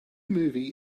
movie